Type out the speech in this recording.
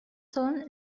son